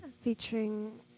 featuring